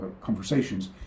conversations